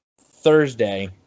Thursday